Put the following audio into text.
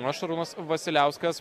o šarūnas vasiliauskas